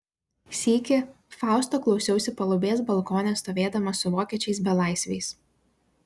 sykį fausto klausiausi palubės balkone stovėdama su vokiečiais belaisviais